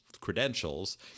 credentials